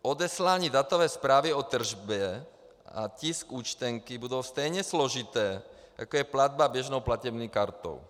Odeslání datové zprávy o tržbě a tisk účtenky budou stejně složité, jako je platba běžnou platební kartou.